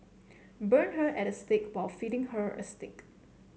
burn her at the stake while feeding her a steak